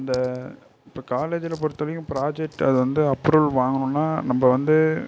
இந்த இப்போ காலேஜில் பொறுத்த வரைக்கும் ப்ராஜெக்ட் அது வந்து அப்ரூவல் வாங்கணும்னா நம்ப வந்து